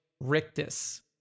rictus